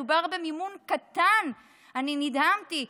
מדובר במימון קטן אני נדהמתי.